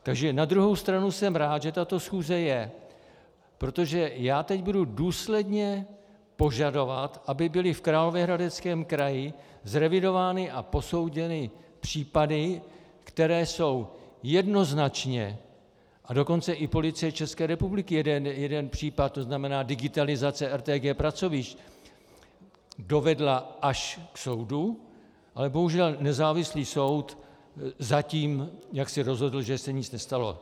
Takže na druhou stranu jsem rád, že tato schůze je, protože já teď budu důsledně požadovat, aby byly v Královéhradeckém kraji zrevidovány a posouzeny případy, které jsou jednoznačné, a dokonce i Policie ČR jeden případ, to znamená digitalizace RTG pracovišť, dovedla až k soudu, ale bohužel nezávislý soud zatím jaksi rozhodl, že se nic nestalo.